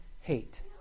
hate